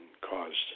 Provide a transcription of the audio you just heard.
caused